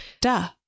Duh